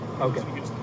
Okay